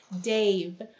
Dave